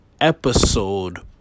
episode